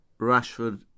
Rashford